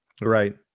right